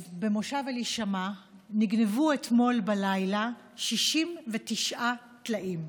במושב אלישמע נגנבו אתמול בלילה 69 טלאים,